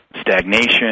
stagnation